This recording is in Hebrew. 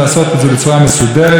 ובעזרת השם,